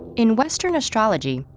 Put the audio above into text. in western astrology,